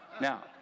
Now